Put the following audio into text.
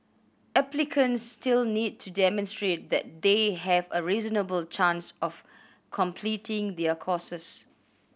applicants still need to demonstrate that they have a reasonable chance of completing their courses